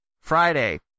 Friday